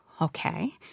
Okay